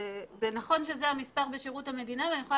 נכון שזה המספר בשרות המדינה ואני יכולה